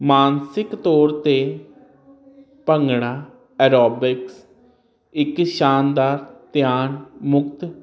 ਮਾਨਸਿਕ ਤੌਰ ਤੇ ਭੰਗੜਾ ਐਰੋਬਿਕਸ ਇੱਕ ਸ਼ਾਨਦਾਰ ਧਿਆਨ ਮੁਕਤ